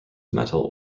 metal